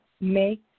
make